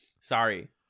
Sorry